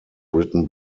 written